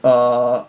err